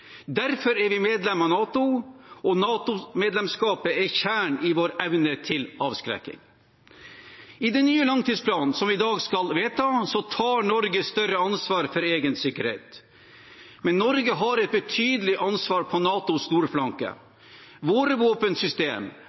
Derfor er vi medlem av NATO, og NATO-medlemskapet er kjernen i vår evne til avskrekking. I den nye langtidsplanen, som vi i dag skal vedta, tar Norge større ansvar for egen sikkerhet. Men Norge har et betydelig ansvar på NATOs nordflanke. Våre våpensystem,